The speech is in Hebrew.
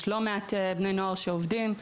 יש לא מעט בני נוער שעובדים,